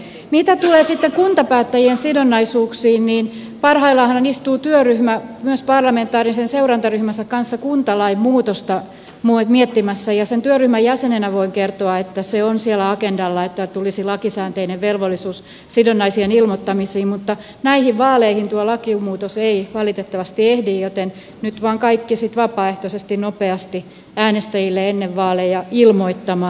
mitä tulee sitten kuntapäättäjien sidonnaisuuksiin niin parhaillaanhan istuu työryhmä myös parlamentaarisen seurantaryhmänsä kanssa kuntalain muutosta miettimässä ja sen työryhmän jäsenenä voin kertoa että siellä agendalla on se että tulisi lakisääteinen velvollisuus sidonnaisuuksien ilmoittamisiin mutta näihin vaaleihin tuo lakimuutos ei valitettavasti ehdi joten nyt vain kaikki sitten vapaaehtoisesti nopeasti äänestäjille ennen vaaleja ilmoittamaan